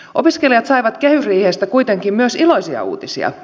opiskelijat saivat kehysriihestä kuitenkin myös iloisia uutisia